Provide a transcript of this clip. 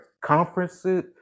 conferences